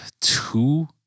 two